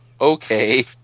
Okay